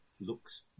looks